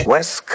West